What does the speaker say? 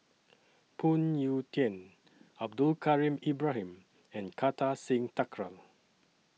Phoon Yew Tien Abdul Kadir Ibrahim and Kartar Singh Thakral